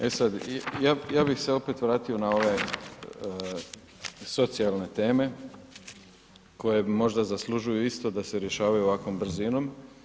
E sad, ja bih se opet vratio na ove socijalne teme koje možda zaslužuju isto da se rješavaju ovakvom brzinom.